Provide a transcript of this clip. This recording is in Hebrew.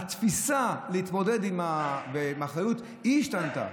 והתפיסה להתמודדות עם האחריות השתנתה.